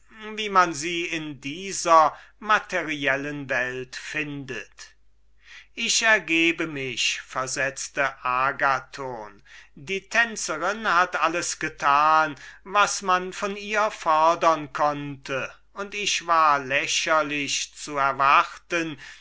wie man sie in dieser materiellen welt findet ich ergebe mich versetzte agathon die tänzerin hat alles getan was man von ihr fodern konnte und ich war lächerlich zu erwarten